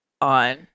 on